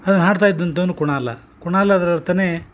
ಅದನ್ನ ಹಾಡ್ತಾ ಇದ್ದಂಥವನು ಕುಣಾಲ ಕುಣಾಲ ಅದ್ರ ಅರ್ಥನೇ